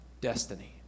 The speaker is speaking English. destiny